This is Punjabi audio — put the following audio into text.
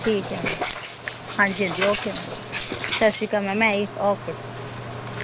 ਠੀਕ ਹੈ ਮੈਮ ਹਾਂਜੀ ਹਾਂਜੀ ਓਕੇ ਮੈਮ ਸਤਿ ਸ਼੍ਰੀ ਅਕਾਲ ਮੈਮ ਮੈਂ ਇਸ ਓਕੇ